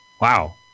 Wow